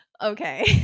Okay